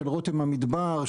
של רותם המדבר,